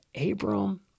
Abram